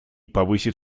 повысит